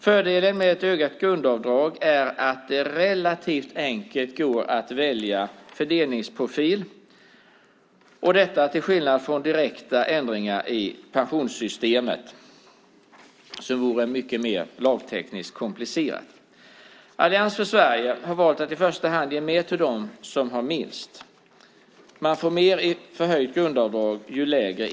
Fördelen med ett ökat grundavdrag är att det är relativt enkelt att välja fördelningsprofil, till skillnad från direkta ändringar i pensionssystemet som lagtekniskt vore mycket mer komplicerade. Allians för Sverige har valt att i första hand ge mer till dem som har minst. Ju lägre inkomster man har desto mer får man i förhöjt grundavdrag. Herr talman!